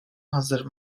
hazır